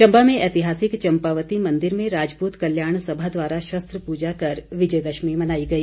चंबा में ऐतिहासिक चंपावती मंदिर में राजपूत कल्याण सभा द्वारा शस्त्र पूजा कर विजय दशमी मनाई गई